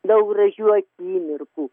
daug gražių akimirkų